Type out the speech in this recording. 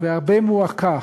והרבה מועקה